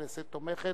הכנסת תומכת.